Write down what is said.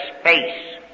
space